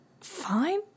fine